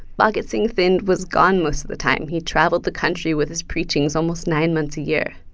bhagat singh thind was gone most of the time. he travelled the country with his preachings almost nine months a year.